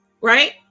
right